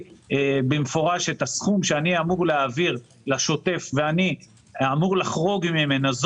במפורש את הסכום שאני אמור להעביר לשוטף ואני אמור לחרוג ממנו,